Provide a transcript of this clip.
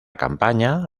campaña